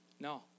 No